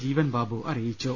ജീവൻബാബു അറിയിച്ചു